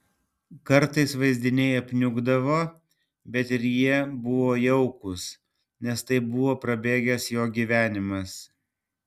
kartais vaizdiniai apniukdavo bet ir jie buvo jaukūs nes tai buvo prabėgęs jo gyvenimas